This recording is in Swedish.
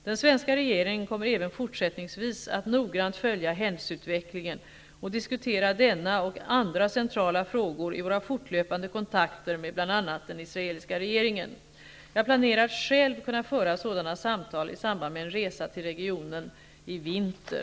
Den svenska regeringen kommer även fortsättningsvis att noggrant följa händelseutvecklingen och diskutera denna och andra centrala frågor i våra fortlöpande kontakter med bl.a. den israeliska regeringen. Jag planerar att själv kunna föra sådana samtal i samband med en resa till regionen i vinter.